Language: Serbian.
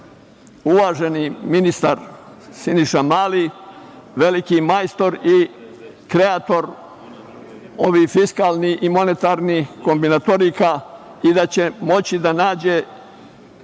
uvaženi ministar Siniša Mali veliki majstor i kreator ovih fiskalnih i monetarnih kombinatorika i da će moći da nađe